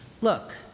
Look